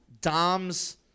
dom's